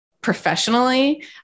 professionally